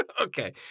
Okay